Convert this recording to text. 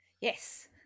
Yes